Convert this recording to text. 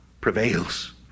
prevails